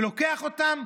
לוקח אותם,